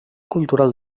cultural